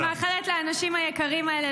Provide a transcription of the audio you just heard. אז אני מאחלת לאנשים היקרים האלה,